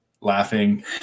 laughing